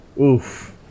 Oof